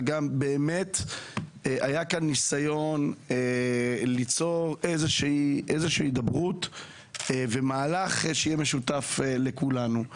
היה כאן ניסיון ליצור הידברות ומהלך שיהיה משותף לכולם.